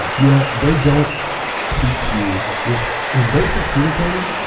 yeah they don't teach you it in basic seal training